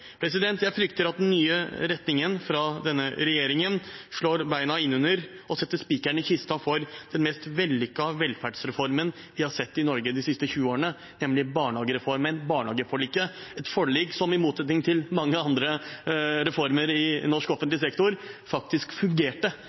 Jeg frykter at den nye retningen fra denne regjeringen slår beina vekk under og setter spikeren i kista for den mest vellykkede velferdsreformen vi har sett i Norge de siste 20 årene, nemlig barnehagereformen. Barnehageforliket er et forlik som, i motsetning til mange andre reformer i norsk offentlig sektor, faktisk fungerte.